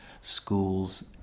schools